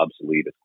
obsolete